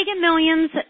millions